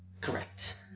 Correct